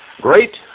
Great